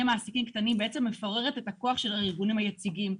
מעסיקים קטנים בעצם מפוררת את הכוח של הארגונים היציגים.